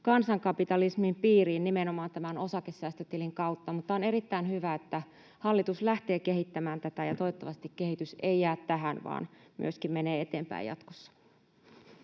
kansankapitalismiin piiriin nimenomaan osakesäästötilin kautta. Mutta on erittäin hyvä, että hallitus lähtee kehittämään tätä, ja toivottavasti kehitys ei jää tähän vaan myöskin menee eteenpäin jatkossa.